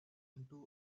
into